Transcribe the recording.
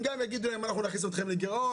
הם גם יגידו להם: גם נכניס אתכם לגירעון,